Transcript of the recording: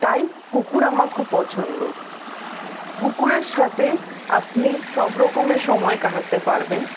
তাই কুকুর আমার খুব পছন্দ কুকুরের সাথে আপনি সব রকমের সময় কাটাতে পারবেন